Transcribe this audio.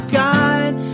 guide